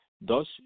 thus